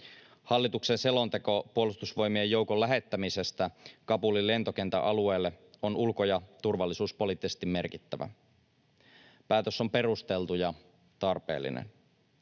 Hallituksen selonteko Puolustusvoimien joukon lähettämisestä Kabulin lentokentän alueelle on ulko- ja turvallisuuspoliittisesti merkittävä. Päätös on perusteltu ja tarpeellinen.